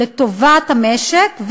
לטובת המשק,